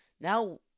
Now